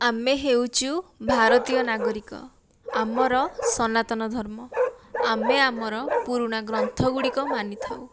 ଆମେ ହେଉଛୁ ଭାରତୀୟ ନାଗରିକ ଆମର ସନାତନ ଧର୍ମ ଆମେ ଆମର ପୁରୁଣା ଗ୍ରନ୍ଥ ଗୁଡ଼ିକ ମାନିଥାଉ